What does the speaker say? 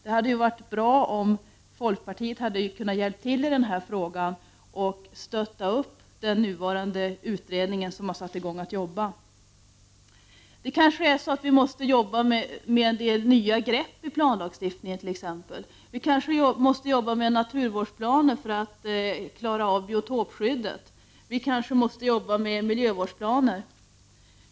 Det hade ju varit bra om folkpartiet hade kunnat hjälpa till i denna fråga och stöttat den utredning som nu har påbörjat sitt arbete. Vi i utredningen kanske måste ta nya grepp i fråga om planlagstiftningen t.ex. Vi måste kanske arbeta med naturvårdsplaner för att klara av biotopskyddet. Vi måste kanske arbeta med miljövårdsplaner.